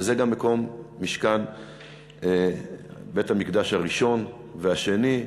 וזה גם מקום משכן בית-המקדש הראשון ובית-המקדש השני.